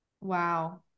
Wow